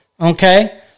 Okay